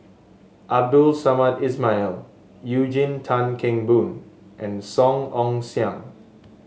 Abdul Samad Ismail Eugene Tan Kheng Boon and Song Ong Siang